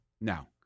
Now